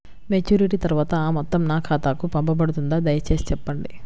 Maturity తర్వాత ఆ మొత్తం నా ఖాతాకు పంపబడుతుందా? దయచేసి చెప్పండి?